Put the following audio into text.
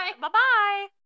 Bye-bye